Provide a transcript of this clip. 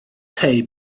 tei